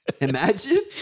Imagine